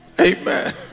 Amen